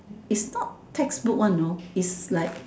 is not textbook one you know is like